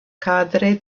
kadre